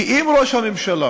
כי אם ראש הממשלה